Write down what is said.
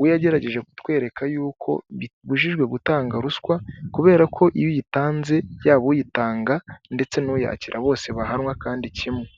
we yagerageje kutwereka yuko bibujijwe gutanga ruswa. Kubera ko iyo uyitanze yaba uyitanga ndetse n'uyakira bose bahanwa kandi kimwe.